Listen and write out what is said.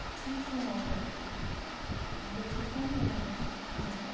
थि समावनो बोथोरखौ नायनानै आङो